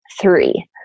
three